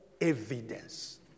evidence